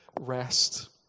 rest